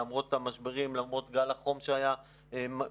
למרות המשברים ולמרות גל החום שהיה במקביל.